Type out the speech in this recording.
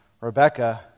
Rebecca